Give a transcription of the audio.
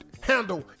handle